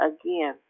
again